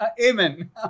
Amen